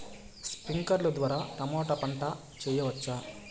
స్ప్రింక్లర్లు ద్వారా టమోటా పంట చేయవచ్చా?